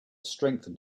strengthen